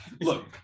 Look